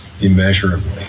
immeasurably